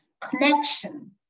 connection